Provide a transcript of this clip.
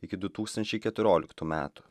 iki du tūkstančiai keturioliktų metų